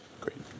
Great